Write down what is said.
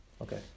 Okay